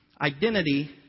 Identity